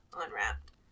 Unwrapped